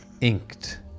Inked